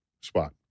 spot